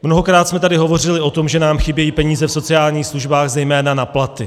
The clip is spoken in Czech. Mnohokrát jsme tady hovořili o tom, že nám chybějí peníze v sociálních službách zejména na platy.